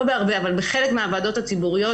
לא רק נשים שישמיעו את קולן ויעבירו חוות דעת לוועדות,